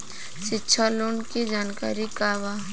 शिक्षा लोन के जानकारी का बा?